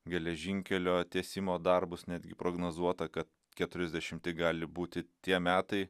geležinkelio tiesimo darbus netgi prognozuota kad keturiasdešimti gali būti tie metai